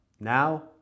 now